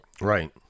Right